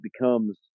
becomes